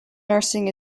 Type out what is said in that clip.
nursing